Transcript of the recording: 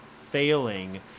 failing